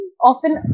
often